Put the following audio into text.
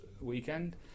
weekend